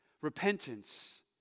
Repentance